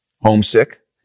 homesick